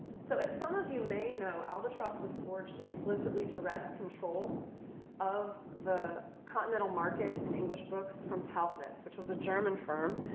so as some of you may know, albatross was forged explicitly to wrest control of the continental market in english books from tauchnitz, which was a german firm.